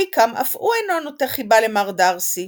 ויקהם אף הוא אינו נוטה חיבה למר דארסי,